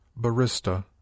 barista